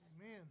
Amen